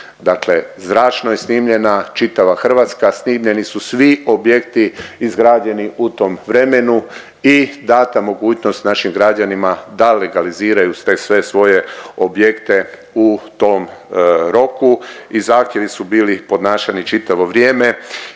zračno je snimljena čitava Hrvatska, snimljeni su svi objekti izgrađeni u tom vremenu i data mogućnost našim građanima da legaliziraju te sve svoje objekte u tom roku i zahtjevi su bili podnašani čitavo vrijeme.